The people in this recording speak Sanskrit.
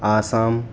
आसाम्